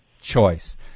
choice